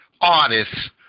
artists